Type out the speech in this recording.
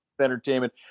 entertainment